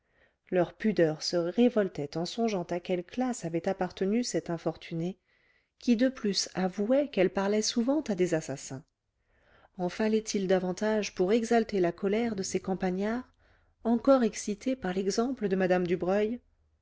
leur pudeur se révoltait en songeant à quelle classe avait appartenu cette infortunée qui de plus avouait qu'elle parlait souvent à des assassins en fallait-il davantage pour exalter la colère de ces campagnards encore excités par l'exemple de mme dubreuil